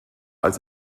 als